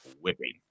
whipping